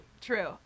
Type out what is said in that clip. True